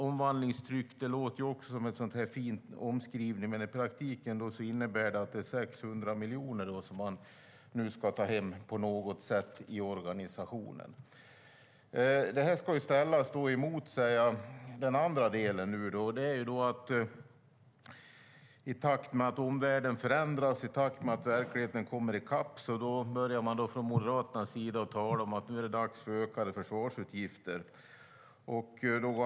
Omvandlingstryck låter som en fin omskrivning. I praktiken innebär det att man nu på något sätt ska ta hem 600 miljoner i organisationen. Det ska ställas mot den andra delen. I takt med att omvärlden förändras och verkligheten kommer i kapp börjar man från Moderaternas sida säga att det nu är dags för ökade försvarsutgifter.